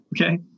okay